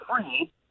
free